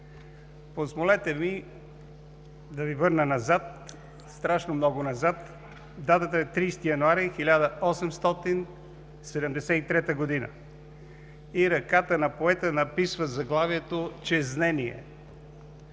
Позволете ми да Ви върна назад, страшно много назад. Датата е 30 януари 1873 г. и ръката на поета написва заглавието „Чезнение“: